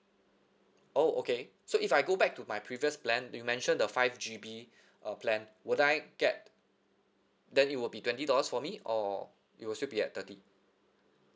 oh okay so if I go back to my previous plan you mentioned the five G_B uh plan would I get then it will be twenty dollars for me or it will still be at thirty